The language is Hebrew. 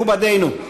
מכובדינו,